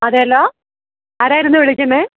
അതെയല്ലോ ആരായിരുന്നു വിളിക്കുന്നത്